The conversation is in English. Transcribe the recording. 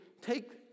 take